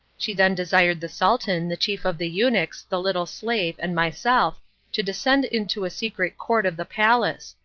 she then desired the sultan, the chief of the eunuchs, the little slave, and myself to descend into a secret court of the palace,